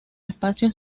espacio